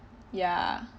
ya